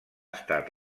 estat